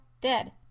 dead